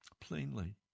plainly